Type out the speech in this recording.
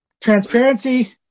transparency